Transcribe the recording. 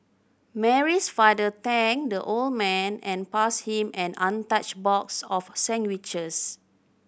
Mary's father thanked the old man and passed him an untouched box of sandwiches